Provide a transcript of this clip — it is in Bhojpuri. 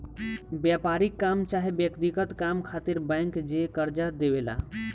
व्यापारिक काम चाहे व्यक्तिगत काम खातिर बैंक जे कर्जा देवे ला